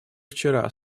вчера